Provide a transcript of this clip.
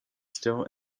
still